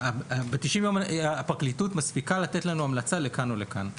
ב-90 יום הפרקליטות מספיקה לתת לנו המלצה לכאן או לכאן.